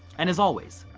and as always,